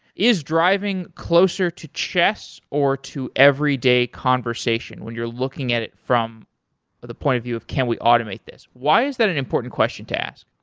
is driving closer to chess or to every day conversation when you're looking at it from the point of view of can we automate this? why is that and important question to ask?